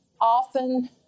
often